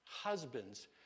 husbands